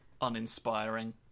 uninspiring